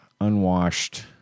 unwashed